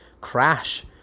crash